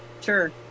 Sure